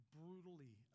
brutally